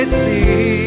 see